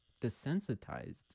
desensitized